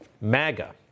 MAGA